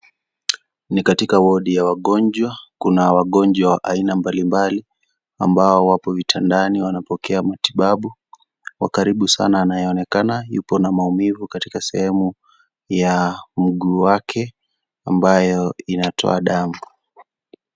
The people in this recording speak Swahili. Ni katika wodi ya wagonjwa kuna wagonjwa wa aina mbalimbali ambao wapo vitandani wanapokea matibabu wa karibu sana anayeonekana yupo na maumivu katika sehemu ya mguu wake ambayo inatoa damu.